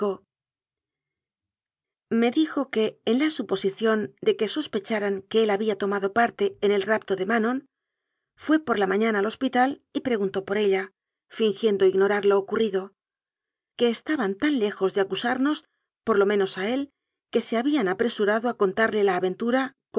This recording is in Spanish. me dijo que en lia suposición de que sospecharan que él había tomado parte en el rapto de manon fué por la mañana al hospital y preguntó por ella fingiendo ignorar lo ocurrido que estaban tan lejos de acu samos por lo menos a él que se habían apresu rado a contarle la aventura